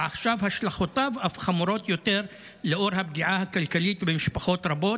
ועכשיו השלכותיו אף חמורות יותר לנוכח הפגיעה הכלכלית במשפחות רבות.